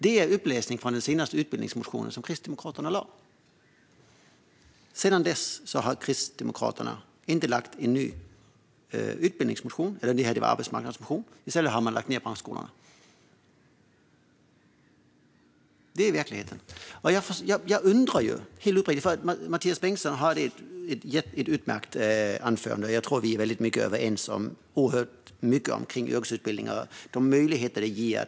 Detta var en uppläsning från den senaste arbetsmarknadsmotion som Kristdemokraterna väckt. Sedan dess har Kristdemokraterna inte väckt någon ny utbildningsmotion eller arbetsmarknadsmotion. I stället har man lagt ned branschskolorna. Det är verkligheten. Mathias Bengtsson höll ett utmärkt anförande. Jag tror att vi är överens om oerhört mycket när det gäller yrkesutbildningar och de möjligheter de ger.